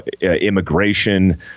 immigration